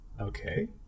Okay